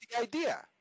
idea